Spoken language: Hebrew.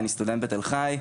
אני סטודנט בתל-חי,